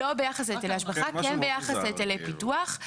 לא ביחס להיטלי השבחה, כן ביחס להיטלי פיתוח.